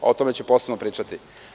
O tome ću posebno pričati.